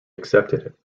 accepted